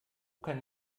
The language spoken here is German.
kann